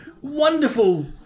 wonderful